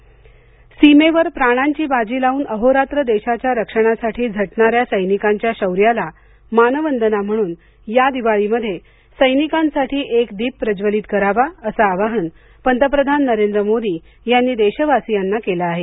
पंतप्रधान सैनिक सीमेवर प्राणांची बाजी लावून अहोरात्र देशाच्या रक्षणासाठी झटणाऱ्या सैनिकांच्या शौर्याला मानवंदना म्हणून या दिवाळीमध्ये सैनिकासाठी एक दीप प्रज्वलित करावा असं आवाहन पंतप्रधान नरेंद्र मोदी यांनी देशवासीयांना केलं आहे